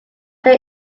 then